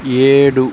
ఏడు